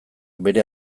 bere